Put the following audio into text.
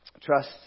Trust